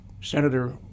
Senator